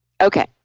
Okay